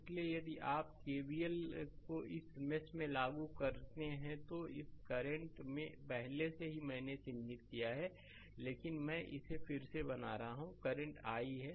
इसलिए यदि आप केवीएल को इस मेष में लागू करते हैं तो करंट मैं पहले से ही मैंने इसे चिह्नित किया है लेकिन मैं इसे फिर से बना रहा हूं करंट i है